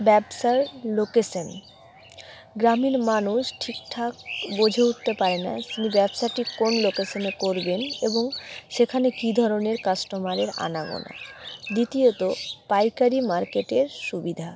ব্যবসার লোকেশান গ্রামীণ মানুষ ঠিক ঠাক বোঝে উঠতে পারে না তিনি ব্যবসাটি কোন লোকেশানে করবেন এবং সেখানে কী ধরনের কাস্টমারের আনাগোনা দ্বিতীয়ত পাইকারি মার্কেটের সুবিধা